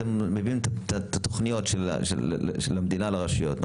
אתם מביאים את התוכניות של המדינה לרשויות.